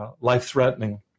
Life-threatening